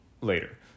Later